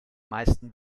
meisten